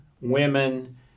women